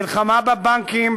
מלחמה בבנקים,